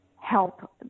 help